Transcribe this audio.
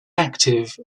active